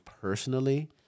personally